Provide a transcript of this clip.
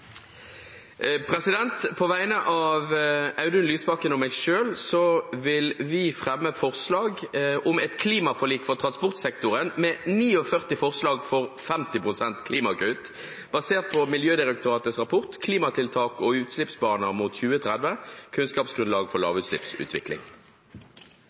På vegne av representanten Audun Lysbakken og meg selv vil jeg fremme forslag om et klimaforlik for transport og 49 forslag for å kutte klimagassutslipp i transportsektoren basert på Miljødirektoratets rapport «Klimatiltak og utslippsbaner mot 2030. Kunnskapsgrunnlag for